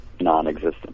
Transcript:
non-existent